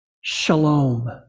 shalom